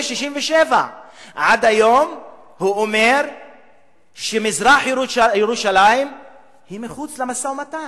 67'. עד היום הוא אומר שמזרח-ירושלים היא מחוץ למשא-ומתן,